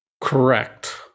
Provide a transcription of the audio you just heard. Correct